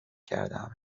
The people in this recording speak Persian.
کردهام